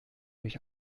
durch